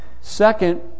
Second